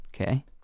okay